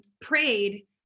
prayed